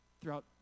throughout